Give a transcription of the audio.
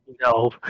No